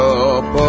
up